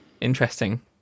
Interesting